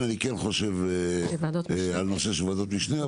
אני כן חושב על ועדות משנה,